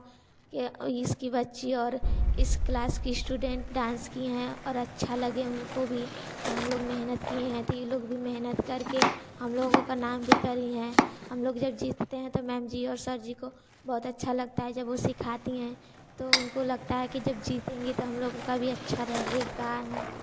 कि इसकी बच्ची और इस क्लास की स्टूडेंट डांस की हैं और अच्छा लगे उनको भी कि हम लोग मेहनत किए हैं तो लोग भी मेहनत करके हम लोगों का नाम भी करी है हम लोग जब जीतते हैं तो मेम जी और सर जी को बहुत अच्छा लगता है जब वह सिखाती हैं तो उनको लगता है कि जब जीतेंगे तो हम लोगों का भी अच्छा रहेगा ना